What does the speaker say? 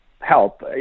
help